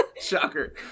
Shocker